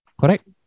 correct